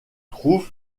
trouve